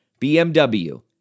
BMW